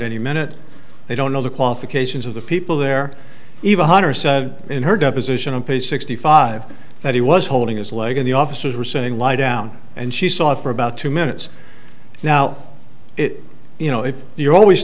any minute they don't know the qualifications of the people there even hunter said in her deposition on page sixty five that he was holding his leg in the officers were saying lie down and she saw it for about two minutes now it you know if you're always